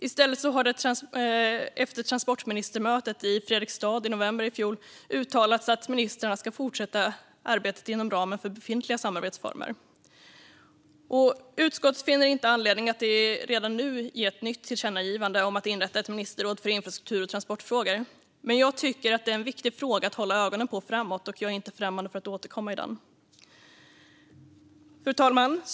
I stället har det efter transportministermötet i Fredrikstad i november i fjol uttalats att ministrarna ska fortsätta arbetet inom ramen för befintliga samarbetsformer. Utskottet finner inte anledning att redan nu ge ett nytt tillkännagivande om att inrätta ett ministerråd för infrastruktur och transportfrågor. Jag tycker dock att det är en viktig fråga att hålla ögonen på framåt, och jag är inte främmande för att återkomma i den. Fru talman!